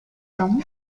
from